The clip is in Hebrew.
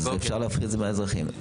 אז אפשר להפחית את זה מהאזרחים.